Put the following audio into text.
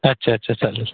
अच्छा अच्छा चालेल